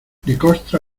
necoxtla